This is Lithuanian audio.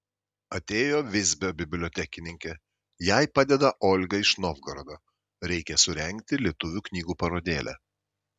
atėjo visbio bibliotekininkė jai padeda olga iš novgorodo reikia surengti lietuvių knygų parodėlę